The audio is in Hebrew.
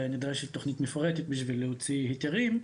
נדרשת תוכנית מפורטת בשביל להוציא היתרים,